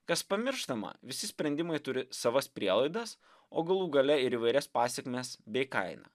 kas pamirštama visi sprendimai turi savas prielaidas o galų gale ir įvairias pasekmes bei kainą